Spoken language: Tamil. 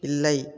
இல்லை